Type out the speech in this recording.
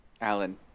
Alan